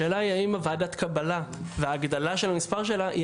השאלה היא האם ועדת הקבלה וההגדלה של המספר שלה היא